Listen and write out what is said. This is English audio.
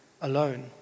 alone